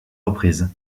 reprises